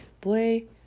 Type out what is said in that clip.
Boy